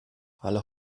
alle